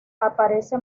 aparece